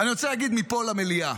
אני רוצה להגיד מפה למליאה,